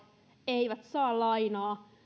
eivät saa lainaa